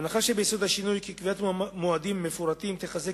ההנחה שביסוד השינוי היא כי קביעת מועדים מפורטים תחזק